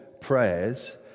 prayers